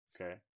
Okay